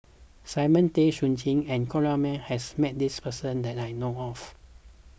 Simon Tay Seong Chee and Corrinne May has met this person that I know of